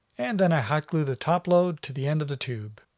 and then i hot glue the topload to the end of the tube.